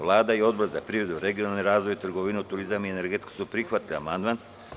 Vlada i Odbor za privredu, regionalni razvoj, trgovinu, turizam i energetiku su prihvatili amandman.